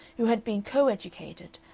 who had been co-educated,